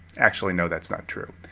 actually no, that's not true.